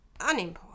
unimportant